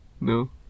No